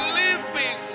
living